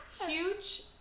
huge